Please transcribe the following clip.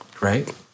right